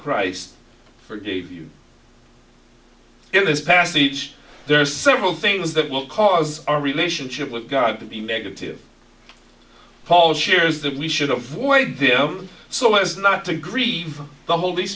christ forgave you in this passage there are several things that will cause our relationship with god to be negative paul shares that we should avoid them so as not to grieve for the holy